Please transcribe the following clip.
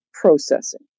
processing